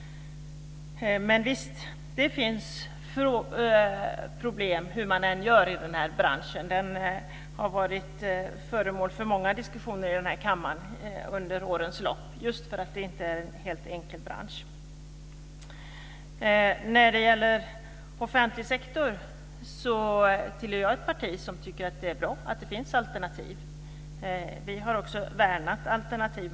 Men visst finns det problem hur man än gör i denna bransch. Den har varit föremål för många diskussioner i denna kammare under årens lopp, just på grund av att det inte är en helt enkel bransch. När det gäller offentlig sektor tillhör jag ett parti som tycker att det är bra att det finns alternativ. Vi har också värnat om alternativen.